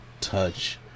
touch